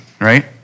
right